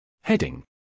Heading